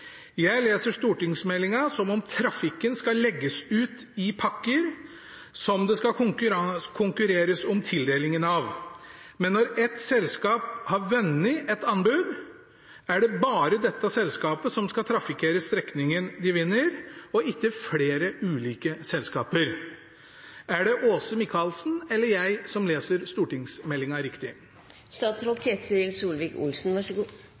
Jeg leser stortingsmeldingen som om trafikken skal legges ut i pakker, som det skal konkurreres om tildelingen av. Men når ett selskap har vunnet et anbud, er det bare dette selskapet som skal trafikkere strekningen de vinner, og ikke flere ulike selskaper. Er det Åse Michaelsen eller jeg som leser